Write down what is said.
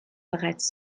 bereits